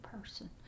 person